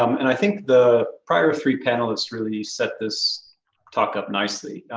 um and i think the prior three panelists really set this talk up nicely.